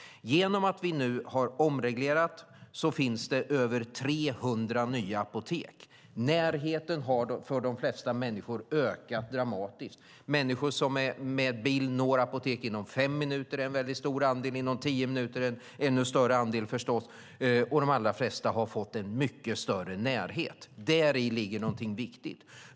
Genom att vi nu har omreglerat finns det över 300 nya apotek. Närheten har för de flesta människor ökat dramatiskt. Människor som med bil når ett apotek inom fem minuter utgör en stor andel, och de som når ett apotek inom tio minuter utgör förstås en ännu större andel. De allra flesta har fått en mycket större närhet. Däri ligger någonting viktigt.